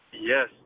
Yes